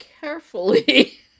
carefully